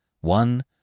one